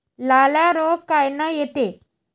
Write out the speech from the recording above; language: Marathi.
लाल्या रोग कायनं येते?